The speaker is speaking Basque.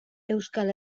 euskal